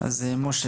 אז משה,